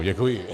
Děkuji.